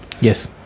Yes